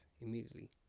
immediately